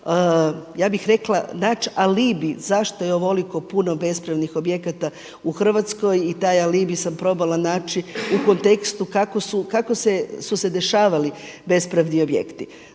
ja bih rekla naći alibi zašto je ovoliko puno bespravnih objekata u Hrvatskoj i taj alibi sam probala naći u kontekstu kako su se dešavali bespravni objekti.